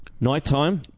Nighttime